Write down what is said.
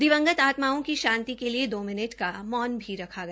दिवंगत आत्माओं की शांति के लिए दो मिनट का मौन भी रखा गया